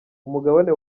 umugabane